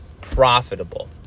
profitable